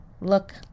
Look